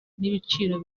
n’ibiciro